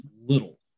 little